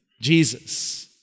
Jesus